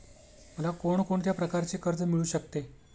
मला कोण कोणत्या प्रकारचे कर्ज मिळू शकते?